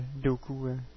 Doku